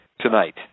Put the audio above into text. tonight